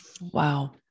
Wow